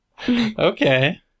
Okay